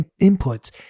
inputs